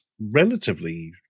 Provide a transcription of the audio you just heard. relatively